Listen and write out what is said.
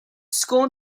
scorn